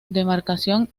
demarcación